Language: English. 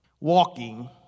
walking